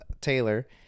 Taylor